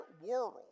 world